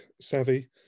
savvy